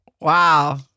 wow